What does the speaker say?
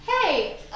Hey